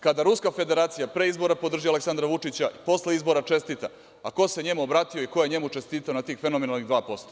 Kada Ruska Federacija pre izbora podrži Aleksandra Vučića i posle izbora čestita, a ko se njemu obratio i ko je njemu čestitao na tih fenomenalnih 2%